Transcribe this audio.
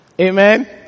Amen